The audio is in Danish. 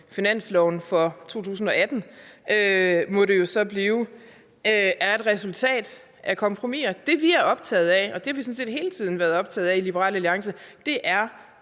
finansloven for 2018, må det jo så blive, er resultater af kompromiser. Det, vi er optaget af – og det har vi sådan set hele tiden været optaget af i Liberal Alliance – er,